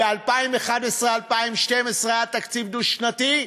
ב-2011 2012 היה תקציב דו-שנתי,